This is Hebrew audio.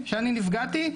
שאני נפגעתי,